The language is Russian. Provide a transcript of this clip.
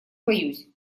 боюсь